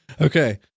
Okay